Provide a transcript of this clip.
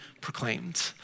proclaimed